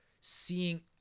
seeing